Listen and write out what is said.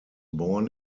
born